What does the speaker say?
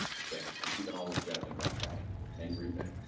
okay, and keeping all those jobs in brown county and green bay.